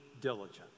diligent